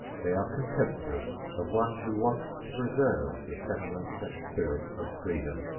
they are contemptuous of one who wants to preserve the semblance and spirit of freedom.